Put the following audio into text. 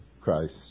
Christ